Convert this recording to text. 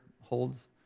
holds